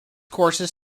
courses